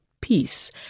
peace